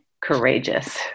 courageous